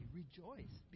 rejoice